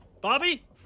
Bobby